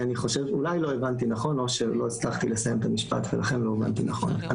אולי לא הבנתי נכון או שלא הצלחתי לסיים את המשפט ולכן לא הובנתי נכון.